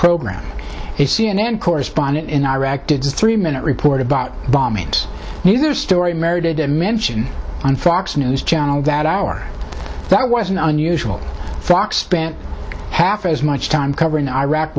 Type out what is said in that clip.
program is c n n correspondent in iraq did three minute report about bombings in either story merited a mention on fox news channel that hour that was an unusual fox spent half as much time covering the iraq